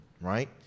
right